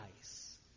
ice